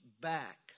back